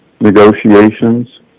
negotiations